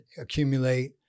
accumulate